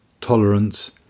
tolerance